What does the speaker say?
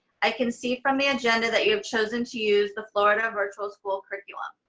i can see from the agenda that you have chosen to use the florida virtual school curriculum.